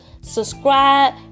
Subscribe